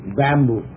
bamboo